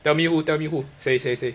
tell me who tell me who say say say